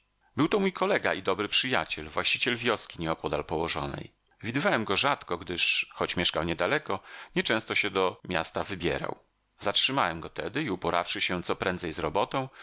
był to mój kolega i dobry przyjaciel właściciel wioski nieopodal położonej widywałem go rzadko gdyż choć mieszkał niedaleko nie często się do miasta wybierał zatrzymałem go tedy i uporawszy się coprędzej z robotą